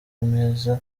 meza